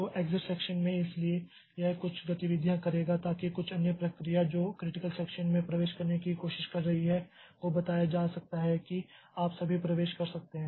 तो exit section में इसलिए यह कुछ गतिविधियां करेगा ताकि कुछ अन्य प्रक्रिया जो क्रिटिकल सेक्षन में प्रवेश करने की कोशिश कर रही है को बताया जा सकता है कि आप अभी प्रवेश कर सकते हैं